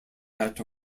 that